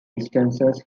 distances